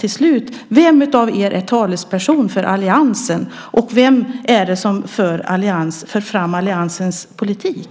Vem av er är alltså talesperson för alliansen, och vem är det som för fram alliansens politik?